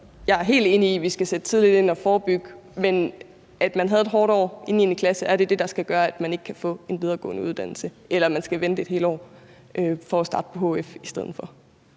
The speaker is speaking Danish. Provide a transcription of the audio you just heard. jeg er helt enig i, at vi skal sætte tidligt ind og forebygge. Men er det, at man havde et hårdt år i 9. klasse, det, der skal gøre, at man ikke kan få en videregående uddannelse, eller at man skal vente et helt år for at starte på hf i stedet for?